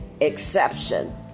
exception